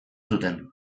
zuten